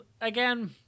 again